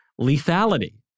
lethality